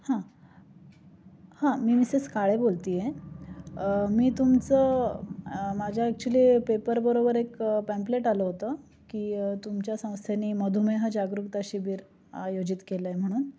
हां हां मी मिसेस काळे बोलते आहे मी तुमचं माझ्या ॲक्च्युली पेपरबरोबर एक पॅम्प्लेट आलं होतं की तुमच्या संस्थेने मधुमेह जागरूकता शिबीर आयोजित केलं आहे म्हणून